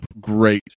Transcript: great